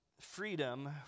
freedom